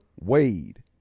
Wade